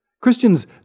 Christians